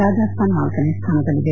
ರಾಜಸ್ತಾನ್ ನಾಲ್ಲನೇ ಸ್ಥಾನದಲ್ಲಿದೆ